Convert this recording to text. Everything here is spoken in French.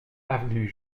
avenue